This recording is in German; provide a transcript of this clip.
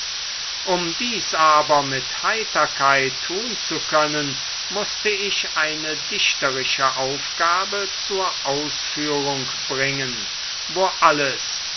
um dies aber mit heiterkeit tun zu können mußte ich eine dichterische aufgabe zur ausführung bringen wo alles